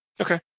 Okay